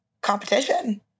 competition